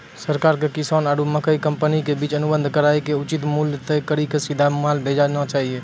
सरकार के किसान आरु मकई कंपनी के बीच अनुबंध कराय के उचित मूल्य तय कड़ी के सीधा माल भेजना चाहिए?